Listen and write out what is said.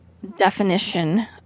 definition